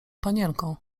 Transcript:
panienką